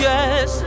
Yes